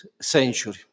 century